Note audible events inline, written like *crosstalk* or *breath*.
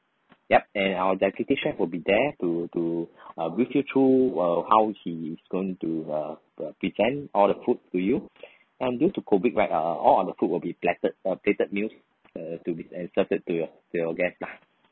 yup and our executive chef will be there to to *breath* uh brief you through uh how he is going to uh uh present all the food to you and due to COVID right uh all our food will be plattered uh plated meals uh to and plated to your to your guest lah